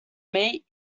mate